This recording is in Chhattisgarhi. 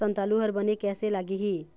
संतालु हर बने कैसे लागिही?